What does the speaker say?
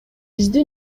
бизди